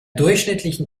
durchschnittlichen